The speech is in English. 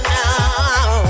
now